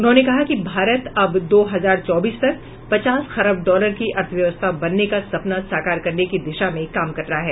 उन्होंने कहा कि भारत अब दो हजार चौबीस तक पचास खरब डॉलर की अर्थव्यवस्था बनने का सपना साकार करने की दिशा में काम कर रहा है